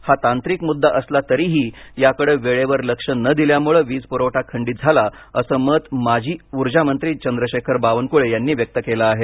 हा तांत्रिक मुद्दा असला तरीही याकडे वेळेवर लक्ष न दिल्यामुळे वीजपुरवठा खंडीत झाला असं मत माजी ऊर्जामंत्री चंद्रशेखर बावनकुळे यांनी व्यक्त केल आहे